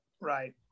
Right